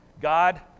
God